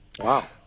Wow